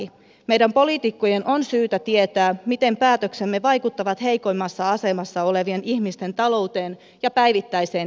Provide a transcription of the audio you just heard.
meidän poliitikkojen on syytä tietää miten päätöksemme vaikuttavat heikoimmassa asemassa olevien ihmisten talouteen ja päivittäiseen elämään